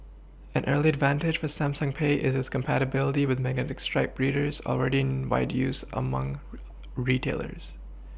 an early advantage for Samsung pay is its compatibility with magnetic stripe readers already in wide use among retailers